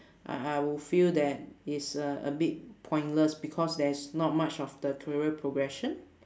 I I will feel that it's a a bit pointless because there's not much of the career progression